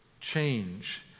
change